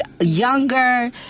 younger